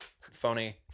phony